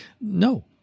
No